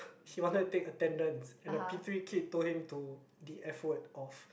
he wanted to take attendance and the P-three kid told him to the F word off